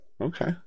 okay